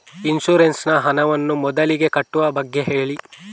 insurance ನ ಹಣವನ್ನು ಮೊದಲಿಗೆ ಕಟ್ಟುವ ಬಗ್ಗೆ ಹೇಳಿ